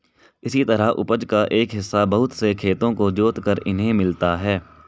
इसी तरह उपज का एक हिस्सा बहुत से खेतों को जोतकर इन्हें मिलता है